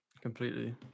completely